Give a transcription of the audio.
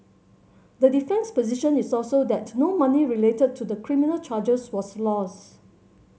the defence's position is also that no money related to the criminal charges was lost